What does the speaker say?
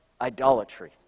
idolatry